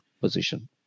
position